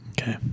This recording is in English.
Okay